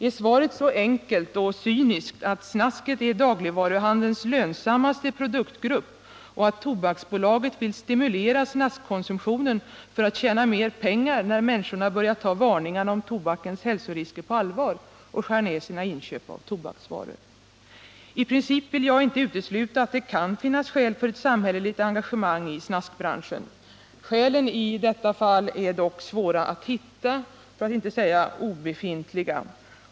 Är svaret så enkelt, och cyniskt, att snasket är dagligvaruhandelns lönsammaste produktgrupp och att Tobaksbolaget vill stimulera snaskkomsumtionen för att tjäna mer pengar när människor börjat ta varningarna om tobakens hälsorisker på allvar och skär ner sina köp av tobaksvaror? I princip vill jag inte utesluta att det kan finnas skäl för ett samhälleligt engagemang i snaskbranschen. Skälen i detta fall är dock svåra att hitta eller obefintliga.